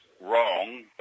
wrong